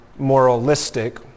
Moralistic